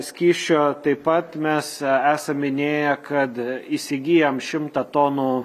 skysčio taip pat mes esam minėję kad įsigijom šimtą tonų